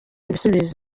ibisubizo